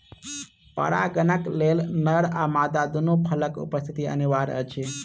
परागणक लेल नर आ मादा दूनू फूलक उपस्थिति अनिवार्य अछि